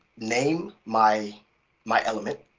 name my my element,